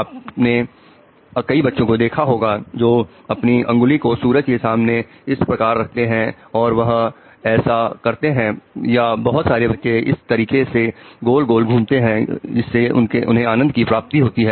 आपने कई बच्चों को देखा होगा जो अपनी अंगुली को सूरज के सामने इस प्रकार रखते हैं और वह ऐसा करते हैं या बहुत सारे बच्चे इस तरीके से गोल गोल घूमते हैं इससे उन्हें आनंद की प्राप्ति होती है